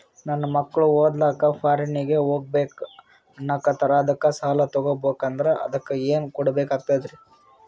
ನನ್ನ ಮಕ್ಕಳು ಓದ್ಲಕ್ಕ ಫಾರಿನ್ನಿಗೆ ಹೋಗ್ಬಕ ಅನ್ನಕತ್ತರ, ಅದಕ್ಕ ಸಾಲ ತೊಗೊಬಕಂದ್ರ ಅದಕ್ಕ ಏನ್ ಕೊಡಬೇಕಾಗ್ತದ್ರಿ?